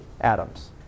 atoms